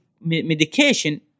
medication